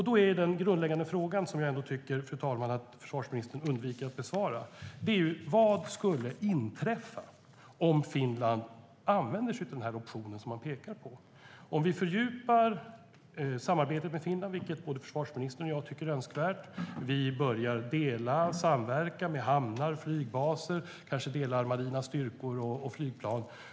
Då är den grundläggande frågan, som jag tycker att försvarsministern undviker att besvara, vad som skulle inträffa om Finland använder sig av den option som de pekar på. Vad händer om Finland skulle aktivera den optionen när vi har fördjupat samarbetet - vilket både försvarsministern och jag tycker är önskvärt - och börjar dela och samverka med hamnar och flygbaser och kanske delar marina styrkor och flygplan?